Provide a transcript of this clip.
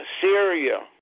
Syria